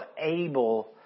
able